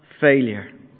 failure